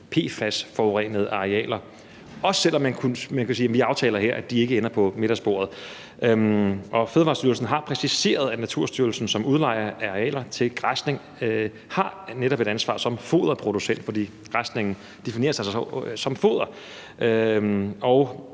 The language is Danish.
PFAS-forurenede arealer, heller ikke selv om man kunne sige, at vi aftaler her, at de ikke ender på middagsbordet. Fødevarestyrelsen har præciseret, at Naturstyrelsen som udlejer af arealer til græsning netop har et ansvar som foderproducent, fordi græsning altså defineres som foder.